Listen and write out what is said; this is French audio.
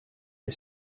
est